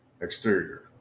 Exterior